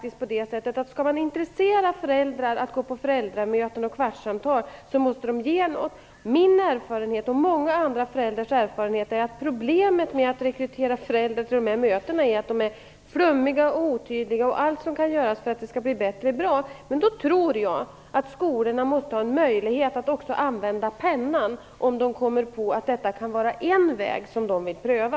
Skall man intressera föräldrar för att gå på föräldramöten och kvartssamtal måste de ge något. Min och många andra föräldrars erfarenhet är att problemet med att rekrytera föräldrar till mötena är att mötena är flummiga och otydliga. Allt som kan göras för att det skall bli bättre är bra. Då tror jag att skolorna måste ha en möjlighet att också använda pennan om man kommer på att det kan vara en väg man vill pröva.